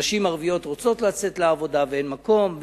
שנשים ערביות רוצות לצאת לעבודה ואין מקום,